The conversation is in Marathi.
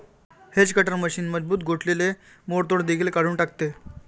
हेज कटर मशीन मजबूत गोठलेले मोडतोड देखील काढून टाकते